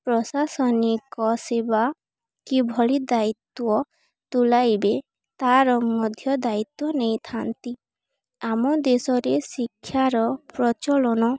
ପ୍ରଶାସନିକ ସେବା କିଭଳି ଦାୟିତ୍ୱ ତୁଲାଇବେ ତା'ର ମଧ୍ୟ ଦାୟିତ୍ୱ ନେଇଥାନ୍ତି ଆମ ଦେଶରେ ଶିକ୍ଷାର ପ୍ରଚଳନ